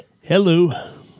Hello